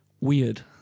weird